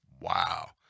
Wow